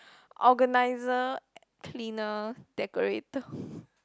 organizer cleaner decorator